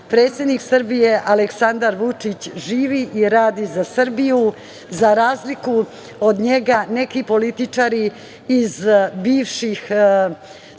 Predsednik Srbije, Aleksandar Vučić, živi i radi za Srbiju. Za razliku od njega, neki političari iz bivših, sada